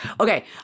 Okay